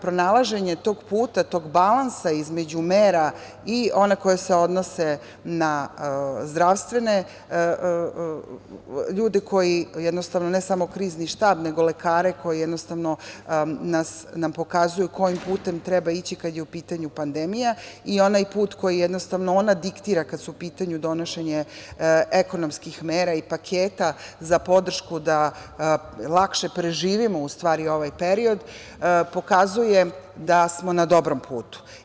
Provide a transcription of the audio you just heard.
Pronalaženje tog puta, tog balansa između mera i one koje se odnose na zdravstvene ljude koji jednostavno, ne samo Krizni štab, nego lekare koji jednostavno nam pokazuju kojim putem treba ići kada je u pitanju pandemija i onaj put koji jednostavno ona diktira kada je u pitanju donošenje ekonomskih mera i paketa za podršku da lakše preživimo ovaj period, pokazuje da smo na dobrom putu.